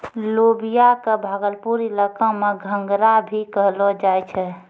लोबिया कॅ भागलपुर इलाका मॅ घंघरा भी कहलो जाय छै